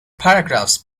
paragraphs